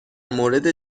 مورد